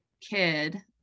kid